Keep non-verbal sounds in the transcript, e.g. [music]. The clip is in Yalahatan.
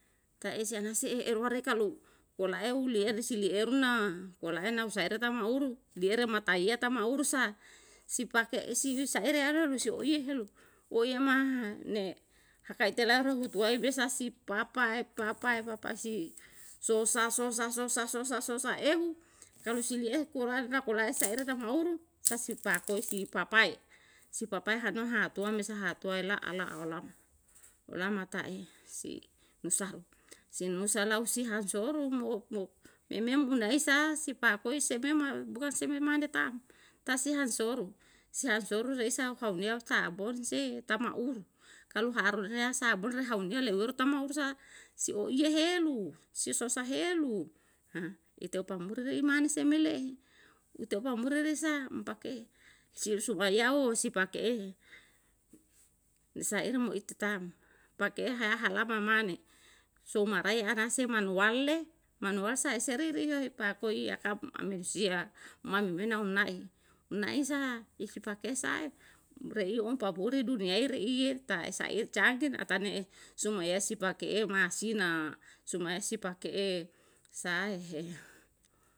Kaesi anase heru kalu kola eu lieli sili eru na koal'e na uase reta mauru. Liere mataiya ta mauru sa si pake isisu saere aro rusi ehuye helu, woyama ne hakaitela hutuwai me sa si papa'e papa'e papasi sosa, sosa, sosa, sosa, sosa ehu, kali siliehu kurae ta kurae saere tamaoru sa si pakoe si papae, si papae hana hatuam me hatua ela'a la'a la'a, olamata'e si usahu, si nunusa lau siha soro mo mok. Memem unai sa sipakoe se me mal, bukan se me mane tam, ta si han soro, sihansoro reisa kauniya sabon se tamauru, kalu harusnya sabon hauniya leuweru ta mau sa, si oiye helu, si sosa heu, [hesitation] ite upamuri rei mane se me le'e, ite upamure re sa umu pake siri sumaiyao si pake ele, saire mo ite tam pakei haha halama mane sou maraya anase manuwal le, manuwal si ise ririyoe paku iya kam amensia, ma memena umna'i naisa isi pake sae reilom papuri duniyai reiye ta'e saiye canggih atane 'e sumayasi pake eu ma'asina sumaya si pake'e sae he